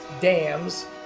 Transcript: dams